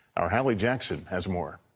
our hallie jackson has more.